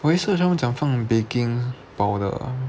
我一 search 他们讲放 baking powder